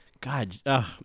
god